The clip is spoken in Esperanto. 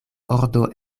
ordo